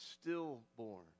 stillborn